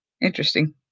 Interesting